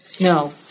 No